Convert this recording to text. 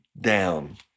down